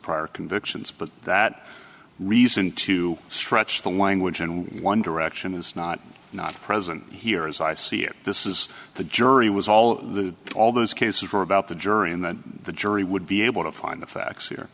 prior convictions but that reason to stretch the language and one direction is not not present here as i see it this is the jury was all the all those cases were about the jury and then the jury would be able to find the facts here